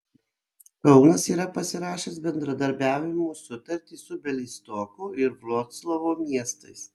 kaunas yra pasirašęs bendradarbiavimo sutartis su bialystoko ir vroclavo miestais